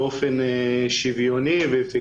ואם לא,